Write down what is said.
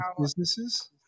businesses